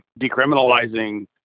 decriminalizing